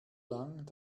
lang